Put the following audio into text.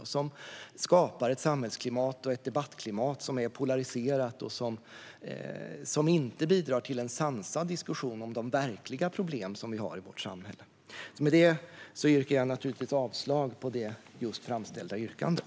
Det skapar ett polariserat samhälls och debattklimat som inte bidrar till en sansad diskussion om de verkliga problemen i vårt samhälle. Jag yrkar naturligtvis avslag på det just framställda yrkandet.